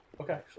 Okay